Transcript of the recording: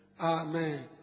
Amen